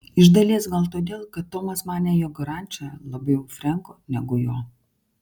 iš dalies gal todėl kad tomas manė jog ranča labiau frenko negu jo